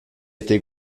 était